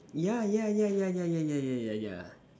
yeah yeah yeah yeah yeah yeah yeah yeah yeah yeah